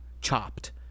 Chopped